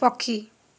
ପକ୍ଷୀ